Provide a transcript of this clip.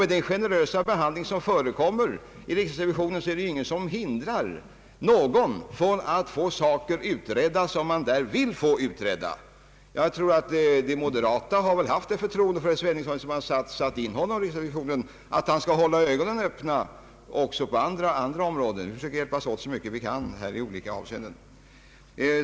Med den generösa behandling som förekommer i riksrevisionen är det ingenting som hindrar någon från att få saker utredda om man verkligen vill. De moderata har väl haft ett mycket stort förtroende för herr Sveningsson, eftersom hans parti har satt in honom i riksrevisionen för att han skall hålla ögonen öppna på vad som sker också inom andra områden? Vi måste försöka hjälpas åt så mycket vi kan i dessa uppgifter.